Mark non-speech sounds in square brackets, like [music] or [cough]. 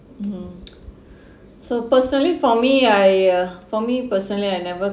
mmhmm [noise] [breath] so personally for me I ya for me personally I never